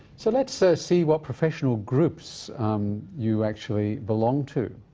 so let's so see what professional groups you actually belong to.